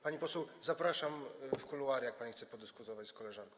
Pani poseł, zapraszam w kuluary, jak pani chce podyskutować z koleżanką.